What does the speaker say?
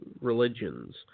religions